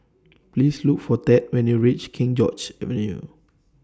Please Look For Thad when YOU REACH King George's Avenue